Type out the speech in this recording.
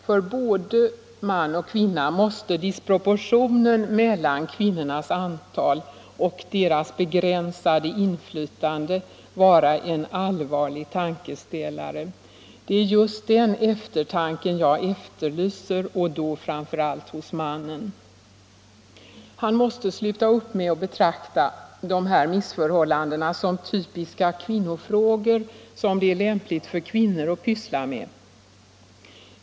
För både man och kvinna måste disproportionen mellan kvinnornas antal och deras begränsade inflytande vara en allvarlig tankeställare. Det är just den eftertanken jag efterlyser och då framför allt hos mannen. Mannen måste sluta upp med att betrakta de här missförhållandena som typiska kvinnofrågor som det är lämpligt för kvinnor att pyssla med.